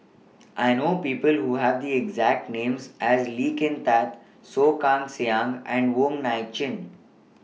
I know People Who Have The exact Names as Lee Kin Tat Soh Kay Siang and Wong Nai Chin